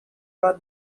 bat